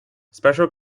special